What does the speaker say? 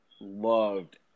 loved